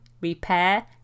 repair